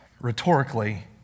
rhetorically